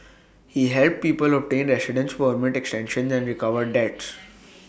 he helped people obtain residence permit extensions and recovered debts